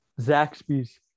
Zaxby's